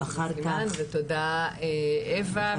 ותודה אוה,